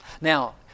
Now